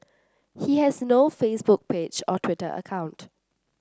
he has no Facebook page or Twitter account